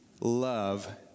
love